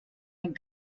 den